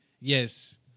Yes